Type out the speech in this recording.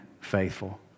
faithful